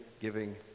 giving